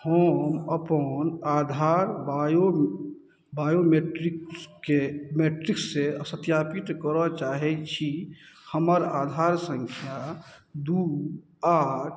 हम अपन आधार बायो बायोमेट्रिक्सके मेट्रिससे सत्यापित करऽ चाहै छी हमर आधार सँख्या दुइ आठ